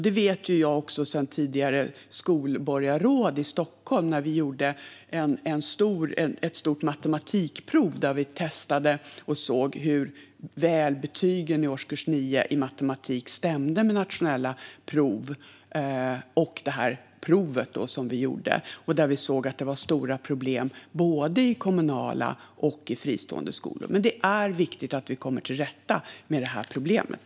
Det vet jag, som tidigare var skolborgarråd i Stockholm. Vi gjorde ett stort matematikprov för att testa och se hur väl betygen i matematik i årskurs 9 stämde med resultaten på de nationella proven och med det prov som vi gjorde. Då såg vi att det var stora problem i både kommunala och fristående skolor. Det är viktigt att vi kommer till rätta med det här problemet.